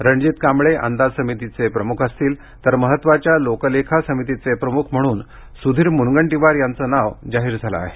रणजीत कांबळे अंदाज समितीचे प्रमुख असतील तर महत्वाच्या लोकलेखा समितीचे प्रमुख म्हणून सुधीर मुनगंटीवार यांचे नाव जाहीर झाले आहे